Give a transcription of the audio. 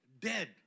dead